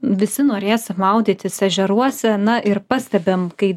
visi norėsim maudytis ežeruose na ir pastebim kai